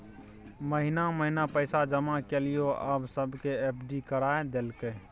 महिना महिना पैसा जमा केलियै आब सबके एफ.डी करा देलकै